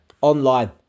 online